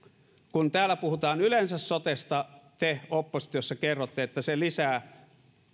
kun täällä puhutaan yleensä sotesta te oppositiossa kerrotte että se lisää